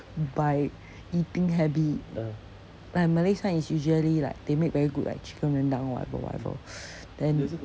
by eating habit like malays [one] is usually like they make very good like chicken rendang or whatever whatever then